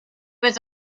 was